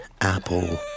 apple